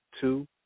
two